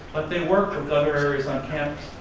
but they work in those areas on campus.